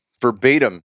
verbatim